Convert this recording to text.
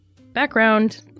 Background